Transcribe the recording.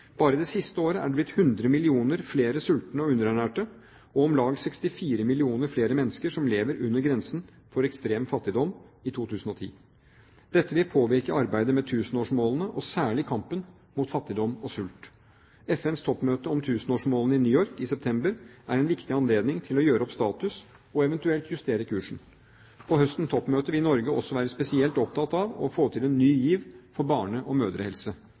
Bare det siste året er det blitt 100 millioner flere sultende og underernærte, og om lag 64 millioner flere mennesker lever under grensen for ekstrem fattigdom i 2010. Dette vil påvirke arbeidet med tusenårsmålene og særlig kampen mot fattigdom og sult. FNs toppmøte om tusenårsmålene i New York i september er en viktig anledning til å gjøre opp status og eventuelt justere kursen. På høstens toppmøte vil Norge også være spesielt opptatt av å få til en ny giv for barne- og mødrehelse.